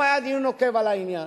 היום היה דיון נוקב על העניין.